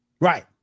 Right